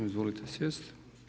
Izvolite sjesti.